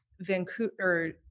Vancouver